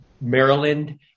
Maryland